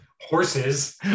Horses